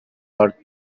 park